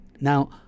Now